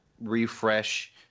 refresh